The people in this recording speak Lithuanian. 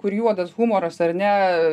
kur juodas humoras ar ne